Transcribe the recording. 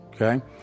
okay